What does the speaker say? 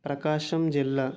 ప్రకాశం జిల్లా